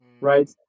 right